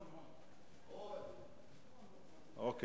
אני